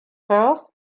perth